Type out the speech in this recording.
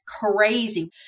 crazy